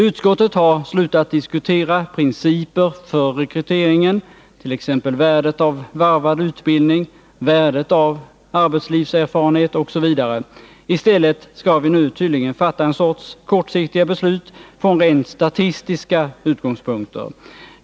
Utskottet har slutat diskutera principer för rekryteringen, Ändringar i regt.ex. värdet av varvad utbildning, värdet av arbetslivserfarenhet osv. I stället — lerna för tillträde skall vi nu tydligen fatta en sorts kortsiktiga beslut från rent statistiska = till högskoleutbildutgångspunkter.